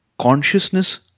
consciousness